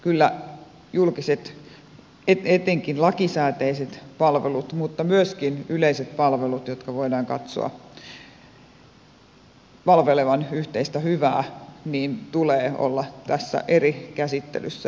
kyllä julkisten etenkin lakisääteisten palvelujen mutta myöskin yleisten palvelujen joiden voidaan katsoa palvelevan yhteistä hyvää tulee olla tässä eri käsittelyssä